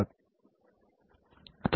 तर आम्हाला ऑपरेटिंग नफ्याची गणना करावी लागेल